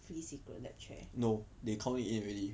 no they count it in already